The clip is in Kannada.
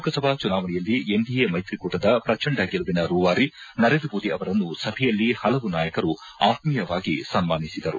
ಲೋಕಸಭಾ ಚುನಾವಣೆಯಲ್ಲಿ ಎನ್ಡಿಎ ಮೈತ್ರಿಕೂಟದ ಪ್ರಚಂಡ ಗೆಲುವಿನ ರೂವಾರಿ ನರೇಂದ್ರ ಮೋದಿ ಅವರನ್ನು ಸಭೆಯಲ್ಲಿ ಪಲವು ನಾಯಕರು ಆತ್ಮೀಯವಾಗಿ ಸನ್ಮಾನಿಸಿದರು